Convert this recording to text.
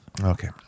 Okay